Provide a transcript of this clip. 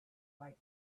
like